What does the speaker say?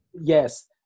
Yes